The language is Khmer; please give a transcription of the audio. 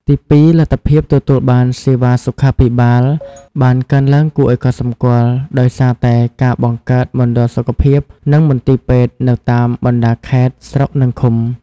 ទីពីរលទ្ធភាពទទួលបានសេវាសុខាភិបាលបានកើនឡើងគួរឱ្យកត់សម្គាល់ ដោយសារតែការបង្កើតមណ្ឌលសុខភាព និងមន្ទីរពេទ្យនៅតាមបណ្តាខេត្ត ស្រុក និងឃុំ។